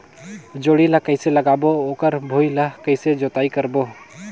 जोणी ला कइसे लगाबो ओकर भुईं ला कइसे जोताई करबो?